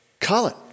Colin